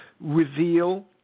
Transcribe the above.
reveal